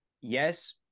yes